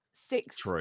Six